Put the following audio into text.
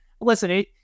listen